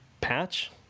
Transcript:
patch